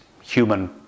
human